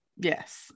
Yes